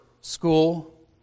school